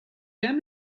aimes